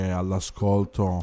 all'ascolto